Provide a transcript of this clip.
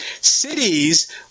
Cities